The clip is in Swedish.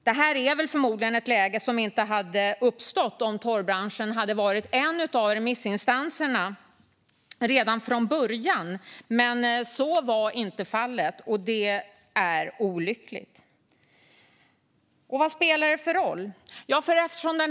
Det här läget hade förmodligen inte uppstått om torvbranschen hade varit en av remissinstanserna redan från början, men så var inte fallet. Det är olyckligt. Vad spelar det då för roll?